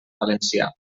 valencià